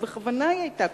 ובכוונה היא היתה קונקרטית: